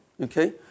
okay